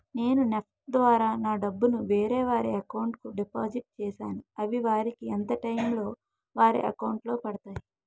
నేను నెఫ్ట్ ద్వారా నా డబ్బు ను వేరే వారి అకౌంట్ కు డిపాజిట్ చేశాను అవి వారికి ఎంత టైం లొ వారి అకౌంట్ లొ పడతాయి?